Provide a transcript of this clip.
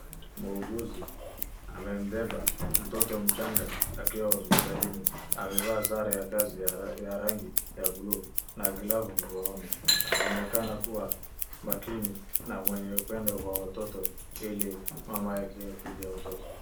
Muuguzi amembeba mtoto mchanga akiwa hospitalini, amevaa sare ya kazi ya rangi ya blue na glavu mkononi. Anaonekana kuwa makini na mwenye upendo kwa watoto ili mama yake akuje mtoto.